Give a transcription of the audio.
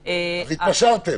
בריאותיים- -- התפשרתם.